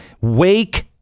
Wake